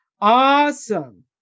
Awesome